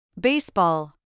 Baseball